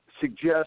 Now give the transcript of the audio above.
suggest